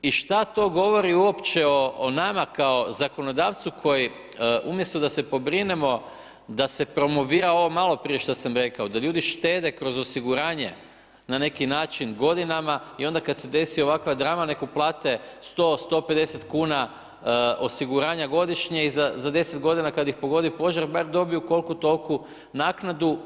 I šta to govori uopće o nama kao zakonodavcu koji umjesto da se pobrinemo da se promovira ovo maloprije što sam rekao, da ljudi štede kroz osiguranje na neki način godinama i onda kad se desi ovakva drama nek uplate 100, 150 kuna osiguranja godišnje i za 10 godina kad ih pogodi požar bar dobiju koliku, toliku naknadu.